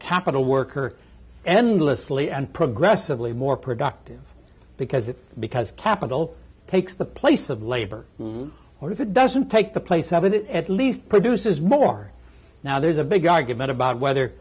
capital worker endlessly and progressively more productive because it's because capital takes the place of labor or if it doesn't take the place of it at least produces more now there's a big argument about whether